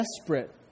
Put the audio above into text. desperate